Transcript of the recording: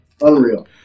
unreal